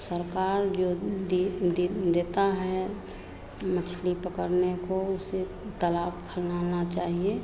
सरकार जो देती है मछली पकड़ने को उसे तलाब खंगालना चाहिए